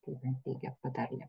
kaip teigia patarlė